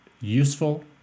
useful